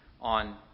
on